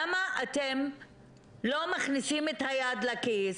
למה אתם לא מכניסים את היד לכיס,